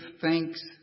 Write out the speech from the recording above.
thanks